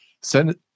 send